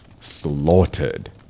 Slaughtered